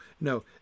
no